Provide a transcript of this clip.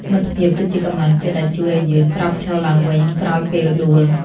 មិត្តភាពគឺជាកម្លាំងចិត្តដែលជួយឱ្យយើងក្រោកឈរឡើងវិញក្រោយពេលដួល។